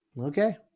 Okay